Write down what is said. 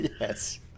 Yes